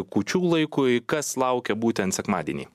kūčių laikui kas laukia būtent sekmadienį